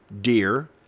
deer